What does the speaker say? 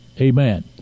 amen